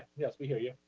yes, we hear you.